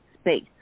space